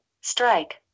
strike